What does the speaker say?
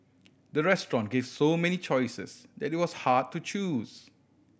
the restaurant gave so many choices that it was hard to choose